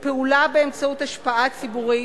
ופעולה באמצעות השפעה ציבורית,